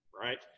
right